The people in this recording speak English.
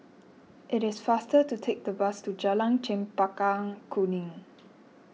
it is faster to take the bus to Jalan Chempaka Kuning